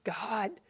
God